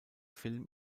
film